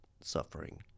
suffering